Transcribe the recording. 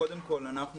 קודם כל אנחנו,